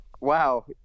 wow